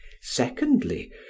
secondly